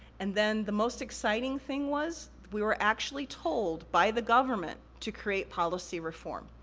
and then, the most exciting thing was, we were actually told by the government to create policy reform.